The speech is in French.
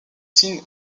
signes